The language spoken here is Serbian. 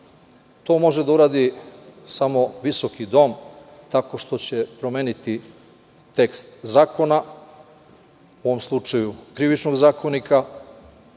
To može da uradi samo visoki dom tako što će promeniti tekst zakona, u ovom slučaju Krivičnog zakonika.